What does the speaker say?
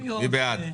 מי בעד?